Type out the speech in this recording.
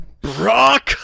Brock